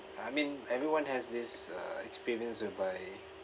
I mean everyone has this uh experience whereby